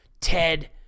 Ted